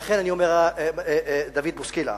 לכן אני אומר, דוד בוסקילה,